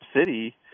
city